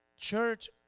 church